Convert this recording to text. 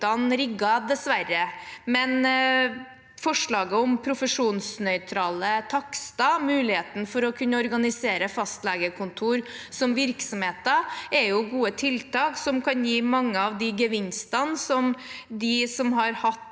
men forslagene om profesjonsnøytrale takster og mulighet for å kunne organisere fastlegekontor som virksomheter, er eksempler på gode tiltak som kan gi mange av de gevinstene som de som har hatt